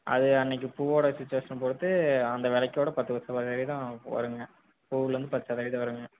அது அன்னைக்கு பூவோட சிச்சுவேஷனை பொறுத்து அந்த விலைக்கோட பத்து சதவீதம் வரும்ங்க பூலேந்து பத்து சதவீதம் வரும்ங்க